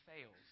fails